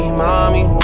mommy